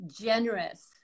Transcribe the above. generous